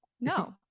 No